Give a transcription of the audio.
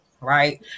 right